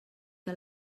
que